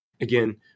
again